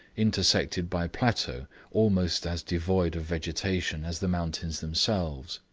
intersected by plateaux almost as devoid of vegetation as the mountains themselves.